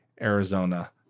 Arizona